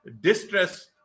distress